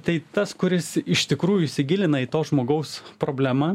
tai tas kuris iš tikrųjų įsigilina į to žmogaus problemą